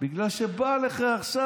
בגלל שבא לך עכשיו.